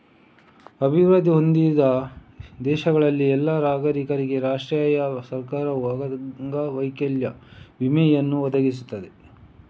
ಅಭಿವೃದ್ಧಿ ಹೊಂದಿದ ದೇಶಗಳಲ್ಲಿ ಎಲ್ಲಾ ನಾಗರಿಕರಿಗೆ ರಾಷ್ಟ್ರೀಯ ಸರ್ಕಾರವು ಅಂಗವೈಕಲ್ಯ ವಿಮೆಯನ್ನು ಒದಗಿಸುತ್ತದೆ